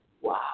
wow